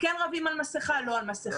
כן רבים על מסכה, לא על מסכה.